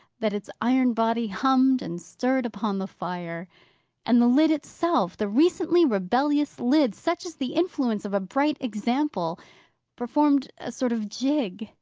that its iron body hummed and stirred upon the fire and the lid itself, the recently rebellious lid such is the influence of a bright example performed a sort of jig,